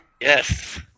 Yes